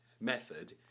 method